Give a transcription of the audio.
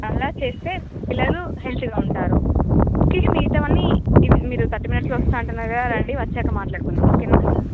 ఆలా చేస్తే పిల్లలూ హెల్త్గా ఉంటారు ఓకే మిగతావన్నీ మీరు థర్టీ మినిట్స్లో వస్తున్నానంటున్నారుగా రండి వచ్చాక మాట్లాడుకుందాం ఓకేనా అండి